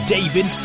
David